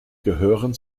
gehören